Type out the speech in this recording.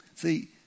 See